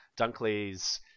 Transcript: Dunkley's